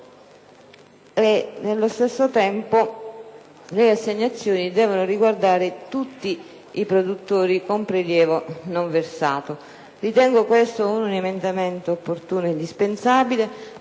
nello stesso tempo, le assegnazioni devono riguardare tutti i produttori con prelievo non versato. Ritengo questo un emendamento opportuno e indispensabile,